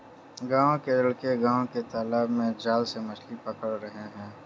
गांव के लड़के गांव के तालाब में जाल से मछली पकड़ रहे हैं